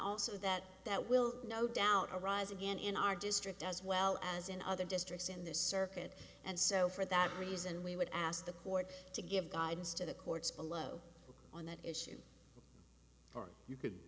also that that will no doubt arise again in our district as well as in other districts in this circuit and so for that reason we would ask the court to give guidance to the courts below on that issue or you could